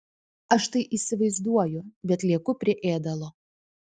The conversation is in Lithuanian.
aš tai įsivaizduoju bet lieku prie ėdalo